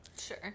Sure